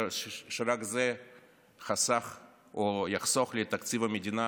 רק זה חסך או יחסוך לתקציב המדינה